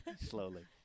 slowly